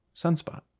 Sunspot